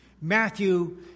Matthew